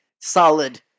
solid